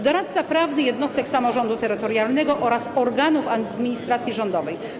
Doradca prawny jednostek samorządu terytorialnego oraz organów administracji rządowej.